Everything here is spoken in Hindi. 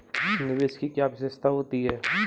निवेश की क्या विशेषता होती है?